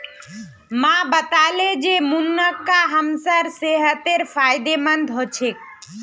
माँ बताले जे मुनक्का हमसार सेहतेर फायदेमंद ह छेक